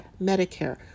Medicare